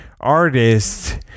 artists